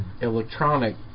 electronic